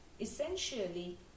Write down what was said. essentially